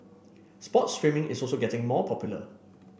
sports streaming is also getting more popular